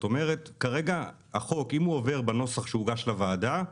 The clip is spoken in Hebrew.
כרגע החוק, אם הוא עובר בנוסח שהוגש לוועדה,